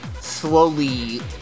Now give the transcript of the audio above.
slowly